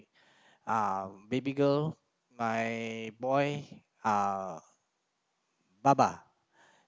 uh baby girl my boy are baba